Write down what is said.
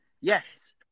yes